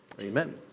Amen